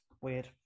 weird